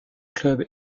club